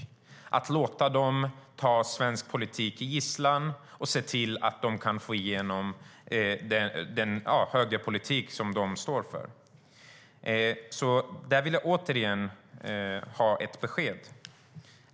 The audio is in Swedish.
Det ska vara obekvämt att låta dem ta svensk politik som gisslan för att få igenom den högerpolitik de står för. Där vill jag ha ett besked.